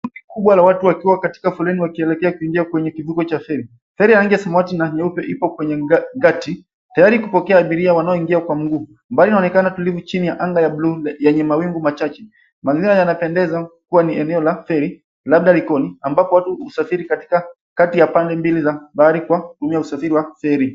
Kundi kubwa la watu wakiwa katika foleni wakielekea kuingia kwenye kivuko cha feri. Feri yenye sura nyeupe ipo kwenye ngati tayari kupokea abiria wanaoingia kwa miguu. Mbali inaonekana tulivu chini ya anga ya blue yenye mawingu machache. Mandhari yanapendeza kuwa ni eneo la feri. Labda likoni ambapo watu husafiri katika kati ya pande mbili za bahari kwa kutumia usafiri wa feri.